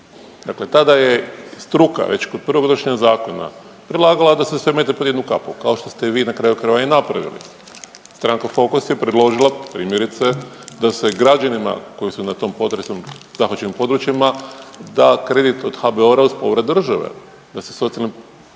Dakle, tada je struka već kod prvog donošenja zakona predlagala da se sve metne pod jednu kapu kao što ste vi i na kraju krajeva i napravili. Stranka Fokus je predložila primjerice da se građanima koji su na tom potresom zahvaćenim područjima da kredit od HBOR-a uz povrat države da se socijalnim